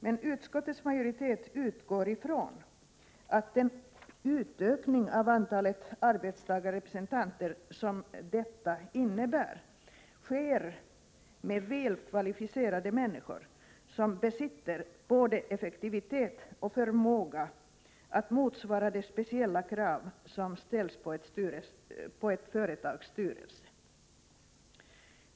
Men utskottets majoritet utgår ifrån att den ökning av antalet arbetstagarrepresentanter som detta innebär sker med väl kvalificerade människor, som besitter både effektivitet och förmåga att motsvara de speciella krav som ställs på ett företags styrelse.